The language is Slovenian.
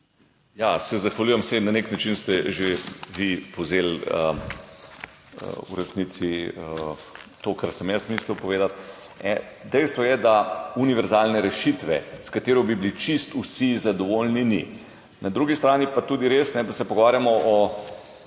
Se zahvaljujem vsem, na nek način ste že vi povzeli v resnici to, kar sem jaz mislil povedati. Dejstvo je, da univerzalne rešitve, s katero bi bili čisto vsi zadovoljni, ni. Na drugi strani pa je tudi res, da se pogovarjamo o